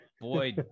boy